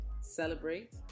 celebrate